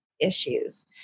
issues